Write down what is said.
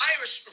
Irish